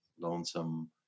lonesome